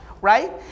right